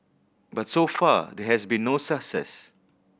but so far there has been no success